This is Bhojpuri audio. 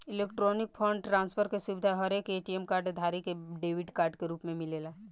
इलेक्ट्रॉनिक फंड ट्रांसफर के सुविधा हरेक ए.टी.एम कार्ड धारी के डेबिट कार्ड के रूप में मिलेला